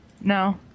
No